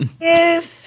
Yes